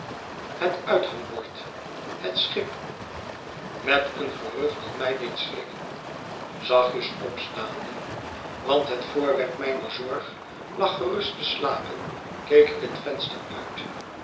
het uithangbord het schip met een gerucht dat mij deed schrikken zachtjes opstaande want net voorwerp mijner zorg lag gerust te slapen keek ik het venster uit